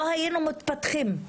לא היינו מתפתחים,